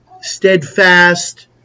Steadfast